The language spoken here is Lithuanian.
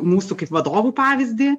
mūsų kaip vadovų pavyzdį